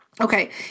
Okay